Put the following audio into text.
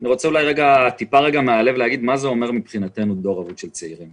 אני רוצה להגיד מהלב מה זה אומר מבחינתנו דור אבוד של צעירים.